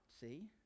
see